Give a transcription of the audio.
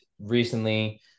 recently